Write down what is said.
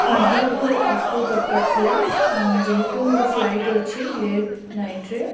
ଆଜ୍ଞା ମୋର ଅଟୋ ଦରକାର ଥିଲା ଯେହେତୁ ମୋର ଫ୍ଲାଇଟ୍ ଅଛି ଲେଟ୍ ନାଇଟ୍ରେ